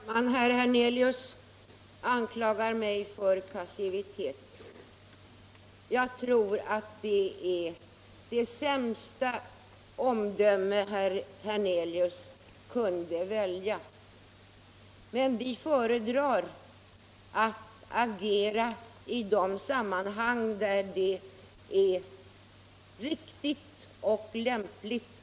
Herr talman! Herr Hernelius anklagar mig för passivitet. Jag tror att det är det sämsta omdöme herr Hernelius kunde välja. Vi föredrar att agera i de sammanhang där det är riktigt och lämpligt.